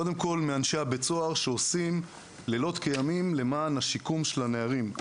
קודם כל מאנשי בית הסוהר שעושים לילות כימים למען השיקום של הנערים.